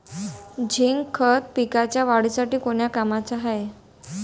Zinc खत पिकाच्या वाढीसाठी कोन्या कामाचं हाये?